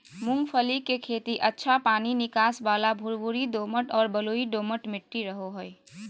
मूंगफली के खेती अच्छा पानी निकास वाला भुरभुरी दोमट आर बलुई दोमट मट्टी रहो हइ